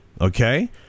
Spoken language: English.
Okay